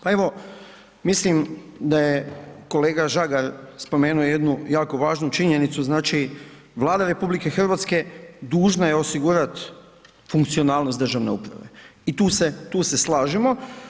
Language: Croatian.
Pa evo, mislim da je kolega Žagar spomenuo jednu jako važnu činjenicu, znači Vlada RH dužna je osigurat funkcionalnost državne uprave i tu se slažemo.